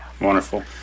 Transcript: Wonderful